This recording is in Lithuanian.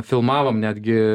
filmavom netgi